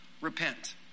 repent